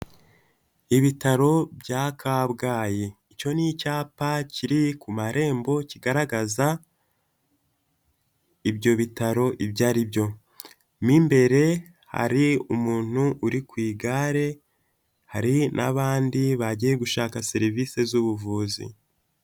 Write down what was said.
Ibitaro bya Kabgayi, icyo ni icyapa kiri ku marembo kigaragaza ibyo bitaro ibyo ari byo, mo imbere hari umuntu uri ku igare hari n'abandi bagiye gushaka serivise z'ubuvuzi.